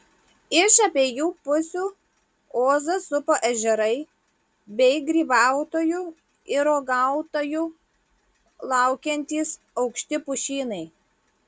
iš abiejų pusių ozą supa ežerai bei grybautojų ir uogautojų laukiantys aukšti pušynai